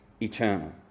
eternal